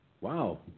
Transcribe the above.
wow